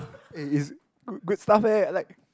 eh is good stuff eh I like